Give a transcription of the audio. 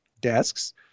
desks